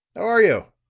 are you?